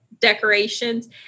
decorations